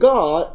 God